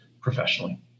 professionally